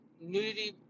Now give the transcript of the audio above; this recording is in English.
nudity